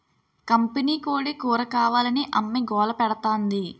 కంపినీకోడీ కూరకావాలని అమ్మి గోలపెడతాంది